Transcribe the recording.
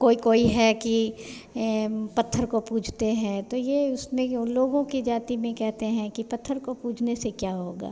कोई कोई है कि ये पत्थर को पूजते हैं तो उसमें लोगों की जाती में कहते हैं कि पत्थर को पूजने से क्या होगा